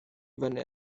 fyny